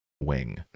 wing